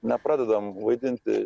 nepradedam vaidinti